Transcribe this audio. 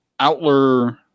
Outler